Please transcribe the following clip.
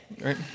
right